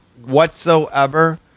whatsoever